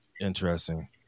Interesting